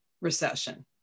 recession